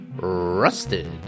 rusted